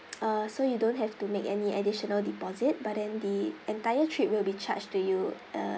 uh so you don't have to make any additional deposit but then the entire trip will be charged to you uh